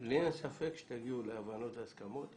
לי ספק שתגיעו להבנות ולהסכמות.